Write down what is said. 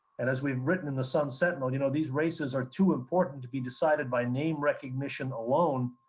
and as we've written in the sun sentinel, you know these races are too important to be decided by name recognition alone,